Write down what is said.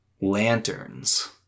Lanterns